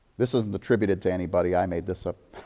this isn't attributed to anybody. i made this up.